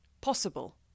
possible